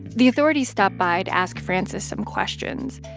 the authorities stopped by to ask frances some questions,